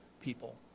people